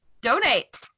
donate